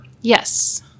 Yes